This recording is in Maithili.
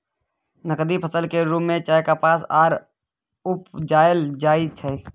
नकदी फसल के रूप में चाय, कपास आर उपजाएल जाइ छै